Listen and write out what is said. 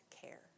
care